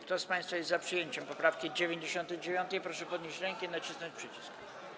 Kto z państwa jest za przyjęciem poprawki 99., proszę podnieść rękę i nacisnąć przycisk.